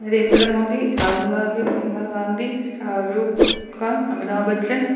Narendra Modi Rahul Gandhi Priyanka Gandhi ഷാരൂക്ക്ഖാൻ Amitha Bachchan